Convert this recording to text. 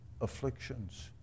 afflictions